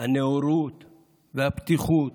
הנאורות והפתיחות,